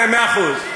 מאה אחוז,